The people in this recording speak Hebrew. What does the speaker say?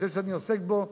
נושא שאני עוסק בו,